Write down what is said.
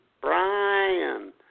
Brian